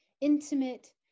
intimate